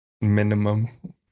Minimum